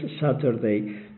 Saturday